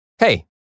Hey